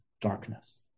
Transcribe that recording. darkness